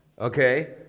Okay